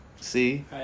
See